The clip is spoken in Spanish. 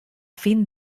fin